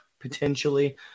potentially